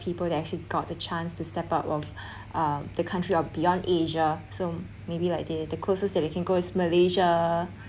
people that actually got the chance to step out of uh the country are beyond asia so maybe like the the closest that you can go malaysia